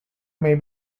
may